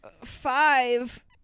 five